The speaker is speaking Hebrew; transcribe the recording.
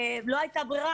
ולא הייתה ברירה,